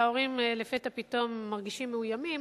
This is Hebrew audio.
וההורים לפתע פתאום מרגישים מאוימים.